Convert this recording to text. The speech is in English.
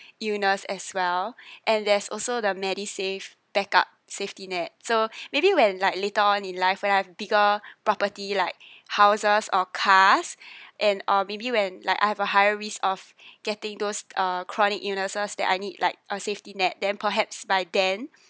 illness as well and there's also the medisave backup safety net so maybe when like later on in life when I have bigger property like houses or cars and or maybe when like I have a higher risk of getting those uh chronic illnesses that I need like a safety net then perhaps by then